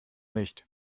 nicht